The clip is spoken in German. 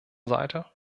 seite